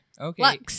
Okay